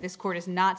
this court is not